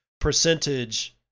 percentage